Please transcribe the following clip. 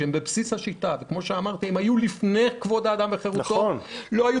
שהם בבסיס השיטה והיו לפני כבוד האדם וחירותו לא היו